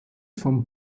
vom